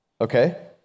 okay